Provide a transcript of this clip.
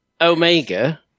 Omega